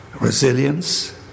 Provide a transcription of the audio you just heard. resilience